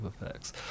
effects